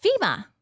FEMA